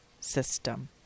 system